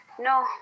No